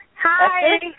Hi